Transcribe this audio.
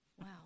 Wow